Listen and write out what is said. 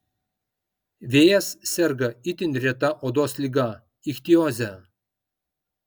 vėjas serga itin reta odos liga ichtioze